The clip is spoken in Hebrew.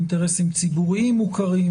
אינטרסים ציבוריים מוכרים